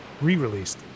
re-released